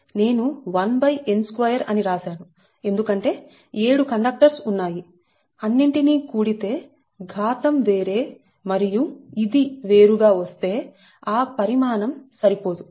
నేను 1n2 అని రాశాను ఎందుకంటే 7 కండక్టర్స్ ఉన్నాయి అన్నింటిని కూడితే ఘాతం వేరే మరియు ఇది వేరు గా వస్తే ఆ పరిమాణం సరిపోదు